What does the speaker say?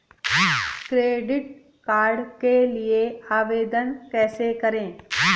Credit card के लिए आवेदन कैसे करें?